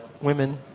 women